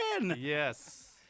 yes